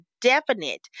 definite